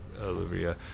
Olivia